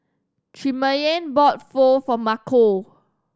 Tremayne bought Pho for Marco